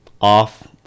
off